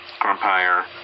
Grumpire